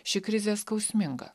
ši krizė skausminga